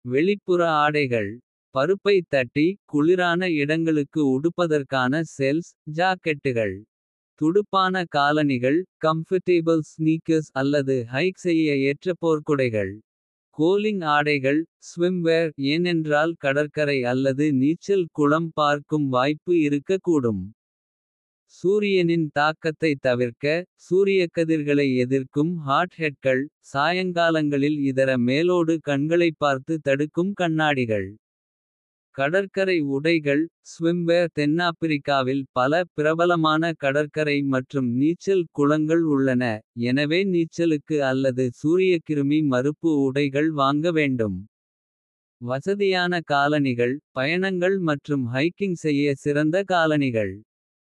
வெளிப்புற ஆடைகள் பருப்பைத் தட்டி குளிரான. இடங்களுக்கு உடுப்பதற்கான சேல்ஸ். ஜாக்கெட்டுகள் துடுப்பான காலணிகள். அல்லது ஹைக் செய்ய ஏற்ற போர்க்குடைகள். கோலிங் ஆடைகள் ஏனென்றால் கடற்கரை அல்லது. நீச்சல் குளம் பார்க்கும் வாய்ப்பு இருக்கக் கூடும். சூரியனின் தாக்கத்தைத் தவிர்க்க. சூரியக்கதிர்களை எதிர்க்கும் ஹாட் ஹெட்கள். சாயங்காலங்களில் இதர மேலோடு கண்களைப்பார்த்து. தடுக்கும் கண்ணாடிகள் கடற்கரை உடைகள். தென்னாப்பிரிக்காவில் பல பிரபலமான கடற்கரை. மற்றும் நீச்சல் குளங்கள் உள்ளன எனவே நீச்சலுக்கு. அல்லது சூரியக்கிருமி மறுப்பு உடைகள் வாங்க வேண்டும். வசதியான காலணிகள் பயணங்கள் மற்றும். ஹைக்கிங் செய்ய சிறந்த காலணிகள்.